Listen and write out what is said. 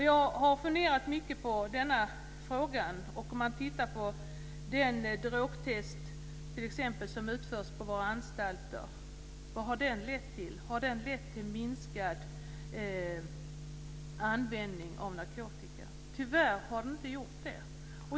Jag har funderat mycket på detta. Man kan titta närmare exempelvis på drogtest som utförs på våra anstalter. Vad har detta lett till? Har det lett till en minskad användning av narkotika? Tyvärr är det inte så.